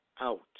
out